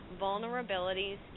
vulnerabilities